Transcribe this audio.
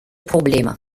probleme